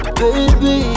baby